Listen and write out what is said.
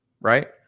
right